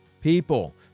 people